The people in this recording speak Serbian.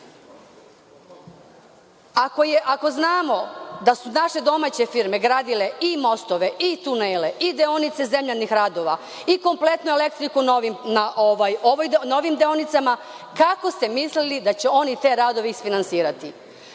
znamo da su naše domaće firme gradile i mostove, i tunele, i deonice zemljanih radova, i kompletnu elektriku na ovim deonicama, kako ste mislili da će oni te radove isfinansirati.